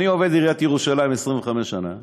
אני עובד עיריית ירושלים 25 שנה,